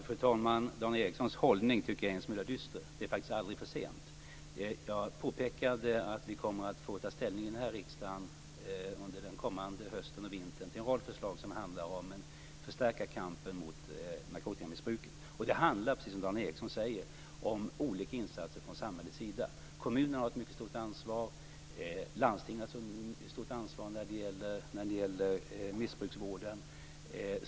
Fru talman! Dan Ericssons hållning tycker jag är en smula dyster. Det är faktiskt aldrig för sent. Jag påpekade att vi i den här riksdagen under den kommande hösten och vintern kommer att få ta ställning till en rad förslag som handlar om att förstärka kampen mot narkotikamissbruket. Det handlar, precis som Dan Ericsson säger, om olika insatser från samhällets sida. Kommunerna har ett mycket stort ansvar. Landstingen har ett stort ansvar när det gäller vården av missbrukare.